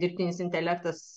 dirbtinis intelektas